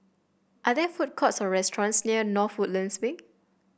are there food courts or restaurants near North Woodlands Way